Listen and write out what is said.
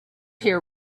here